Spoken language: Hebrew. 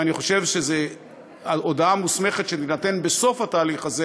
ואני חושב שהודעה מוסמכת שתינתן בסוף התהליך הזה